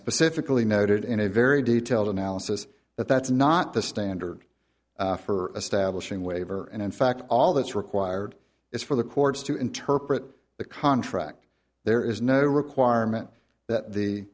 specifically noted in a very detailed analysis that that's not the standard for establishing waiver and in fact all that's required is for the courts to interpret the contract there is no requirement that the